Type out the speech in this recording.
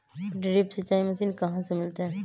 Drip सिंचाई machine कहाँ से मिलतै?